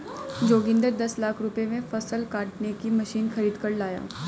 जोगिंदर दस लाख रुपए में फसल काटने की मशीन खरीद कर लाया